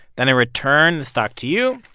then i return the stock to you,